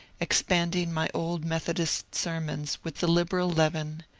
expanding my old methodist sermons with the liberal leaven,